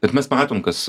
bet mes matom kas